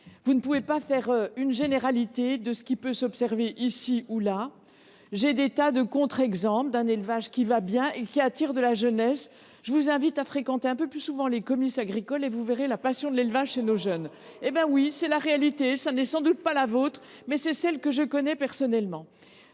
Vous ne pouvez pas faire une généralité à partir de ce qui peut s’observer ici ou là. Je connais maints contre exemples d’élevages qui vont bien et qui attirent la jeunesse. Je vous invite à fréquenter un peu plus souvent les comices agricoles, et vous verrez la passion de l’élevage chez nos jeunes… Oui, c’est la réalité ! Ce n’est sans doute pas la vôtre, mais c’est celle que je connais personnellement